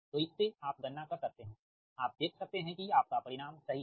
तो इससे आप गणना कर सकते है आप देख सकते है की आपका परिणाम सही है